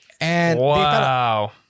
Wow